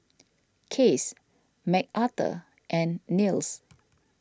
Case Mcarthur and Nils